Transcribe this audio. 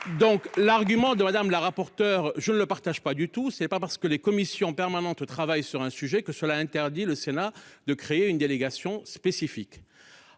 Donc l'argument de Madame la rapporteure. Je ne le partage pas du tout, ce n'est pas parce que les commissions permanentes, travaille sur un sujet que cela interdit le Sénat, de créer une délégation spécifique.